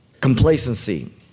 Complacency